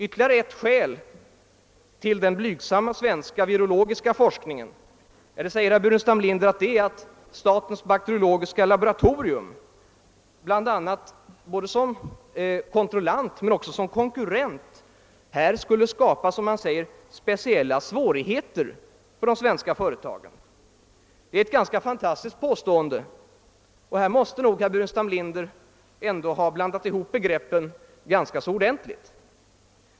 Ytterligare ett skäl till att den svenska virologiska forskningen är så blygsam är, säger herr Burenstam Linder, att statens bakteriologiska laboratorium både som kontrollant och som konkurrent skulle skapa speciella svårigheter för de svenska företagen. Det är ett ganska fantastiskt påstående; herr Burrenstam Linder måste nog ändå ha blandat ihop begreppen ganska ordentligt.